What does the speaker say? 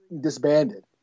disbanded